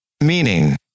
Meaning